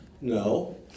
No